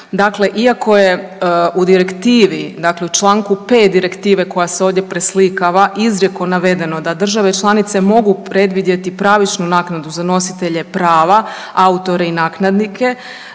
direktivi u čl. 5. direktive koja se ovdje preslikava izrijekom navedeno da države članice mogu predvidjeti pravičnu naknadu za nositelje prava, autore i nakladnike